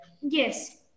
Yes